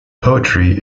poetry